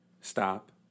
stop